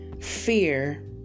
fear